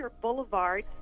Boulevard